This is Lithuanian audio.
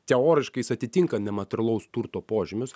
teoriškai jis atitinka nematerialaus turto požymius